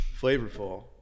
flavorful